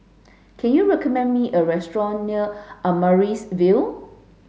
can you recommend me a restaurant near Amaryllis Ville